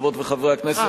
חברות וחברי הכנסת,